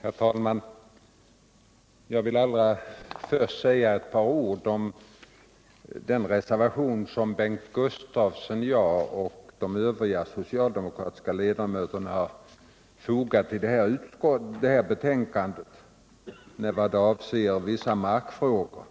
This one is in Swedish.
Herr talman! Jag vill allra först säga några ord om den reservation som Bengt Gustavsson, jag och övriga socialdemokratiska ledamöter har fogat till det här betänkandet och som gäller vissa markfrågor.